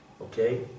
okay